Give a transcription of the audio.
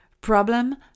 Problem